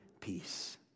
peace